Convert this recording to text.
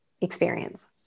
experience